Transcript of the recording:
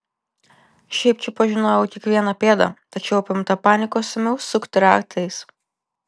šiaip čia pažinojau kiekvieną pėdą tačiau apimta panikos ėmiau sukti ratais